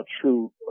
true